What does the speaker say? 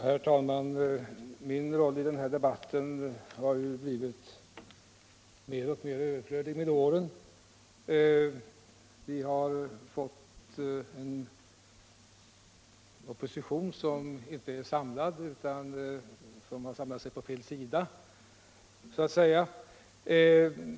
Herr talman! Min roll i denna debatt har med åren blivit mer och mer överflödig. Vi har fått en opposition, som inte är enad utan har samlat sig på fel sida så att säga.